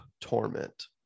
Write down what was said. torment